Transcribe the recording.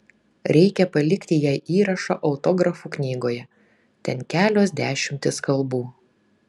reikia palikti jai įrašą autografų knygoje ten kelios dešimtys kalbų